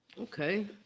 Okay